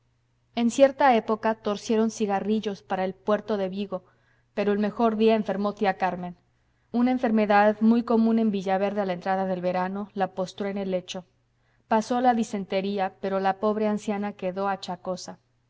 en cierta época torcieron cigarrillos para el puerto de vigo pero el mejor día enfermó tía carmen una enfermedad muy común en villaverde a la entrada del verano la postró en el lecho pasó la disentería pero la pobre anciana quedó achacosa